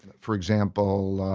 for example,